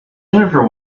jennifer